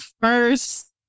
first